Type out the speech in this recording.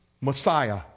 Messiah